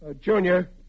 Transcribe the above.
Junior